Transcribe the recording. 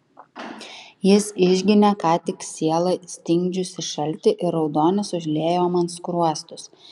jis išginė ką tik sielą stingdžiusį šaltį ir raudonis užliejo man skruostus